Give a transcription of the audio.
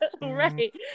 Right